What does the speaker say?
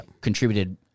contributed